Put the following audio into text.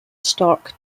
stock